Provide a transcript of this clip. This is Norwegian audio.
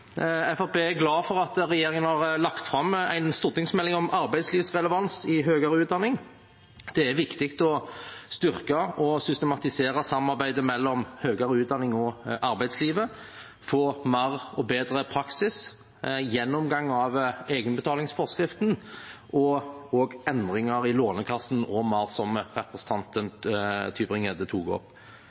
er glad for at regjeringen har lagt fram en stortingsmelding om arbeidslivsrelevans i høyere utdanning. Det er viktig å styrke og systematisere samarbeidet mellom høyere utdanning og arbeidslivet, få mer og bedre praksis, få en gjennomgang av egenbetalingsforskriften og endringer i Lånekassen m.m., som representanten Mathilde Tybring-Gjedde tok opp.